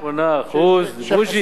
88% בוז'י,